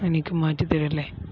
എനിക്കു മാറ്റിത്തരും അല്ലേ